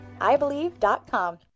iBelieve.com